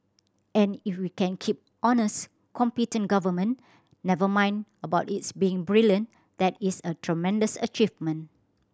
and if we can keep honest competent government never mind about its being brilliant that is a tremendous achievement